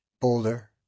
Boulder